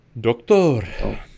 Doctor